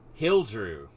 hildrew